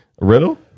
riddle